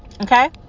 Okay